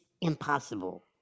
impossible